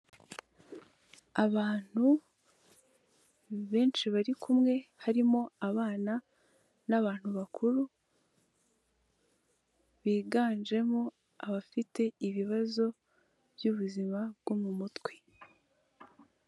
Abantu benshi bari kumwe harimo abana n'abantu bakuru, biganjemo abafite ibibazo by'ubuzima bwo mu mutwe.